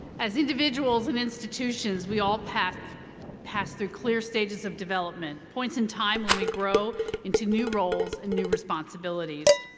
as individuals and institutions, we all pass pass through clear stages of development, points in time when we grow into new roles and new responsibilities.